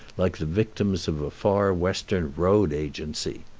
like the victims of a far western road agency.